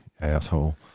asshole